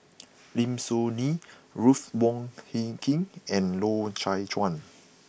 Lim Soo Ngee Ruth Wong Hie King and Loy Chye Chuan